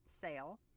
sale